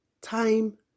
time